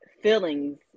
feelings